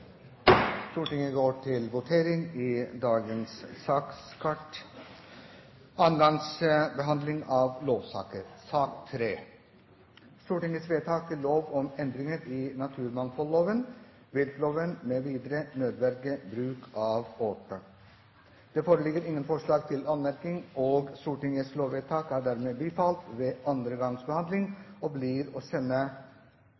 Stortinget går til votering over sakene nr. 3–7 på dagens kart. I sakene nr. 1 og 2 foreligger ikke noe voteringstema. Det foreligger ingen forslag til anmerkning. Stortingets lovvedtak er dermed bifalt ved andre gangs behandling